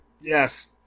Yes